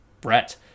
Brett